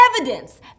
Evidence